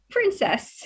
Princess